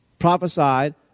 prophesied